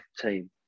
team